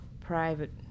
private